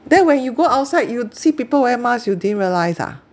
then when you go outside you would see people wear mask you didn't realise ah